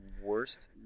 Worst